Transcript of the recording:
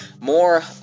More